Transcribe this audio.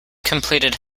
completed